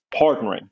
partnering